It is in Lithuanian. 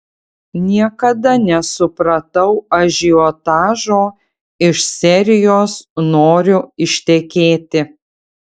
niekada nesupratau ažiotažo iš serijos noriu ištekėti